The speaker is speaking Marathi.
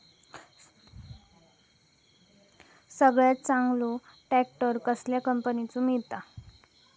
सगळ्यात चांगलो ट्रॅक्टर कसल्या कंपनीचो मिळता?